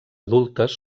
adultes